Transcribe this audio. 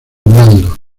blandos